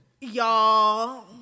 y'all